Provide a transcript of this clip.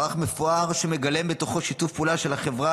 מערך מפואר שמגלם בתוכו שיתוף פעולה של החברה